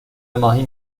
ماهی